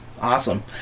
Awesome